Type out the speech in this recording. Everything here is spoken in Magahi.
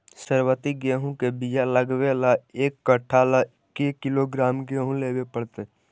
सरबति गेहूँ के बियाह लगबे ल एक कट्ठा ल के किलोग्राम गेहूं लेबे पड़तै?